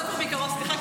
סליחה,